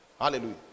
hallelujah